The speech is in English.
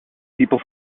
people